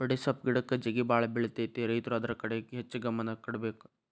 ಬಡೆಸ್ವಪ್ಪ್ ಗಿಡಕ್ಕ ಜೇಗಿಬಾಳ ಬಿಳತೈತಿ ರೈತರು ಅದ್ರ ಕಡೆ ಹೆಚ್ಚ ಗಮನ ಕೊಡಬೇಕ